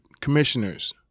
commissioners